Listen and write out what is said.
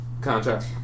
contract